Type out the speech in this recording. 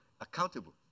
accountable